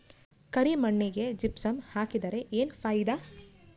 ಕರಿ ಮಣ್ಣಿಗೆ ಜಿಪ್ಸಮ್ ಹಾಕಿದರೆ ಏನ್ ಫಾಯಿದಾ?